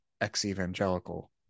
ex-evangelical